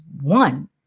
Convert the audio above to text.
one